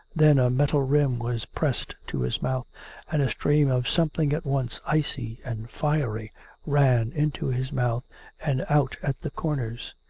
then a metal rim was pressed to his mouth and a stream of something at once icy and fiery ran into his mouth and out at the corners.